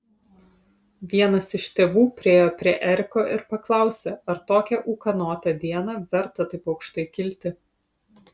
vienas iš tėvų priėjo prie eriko ir paklausė ar tokią ūkanotą dieną verta taip aukštai kilti